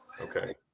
Okay